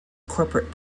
corporate